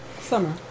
Summer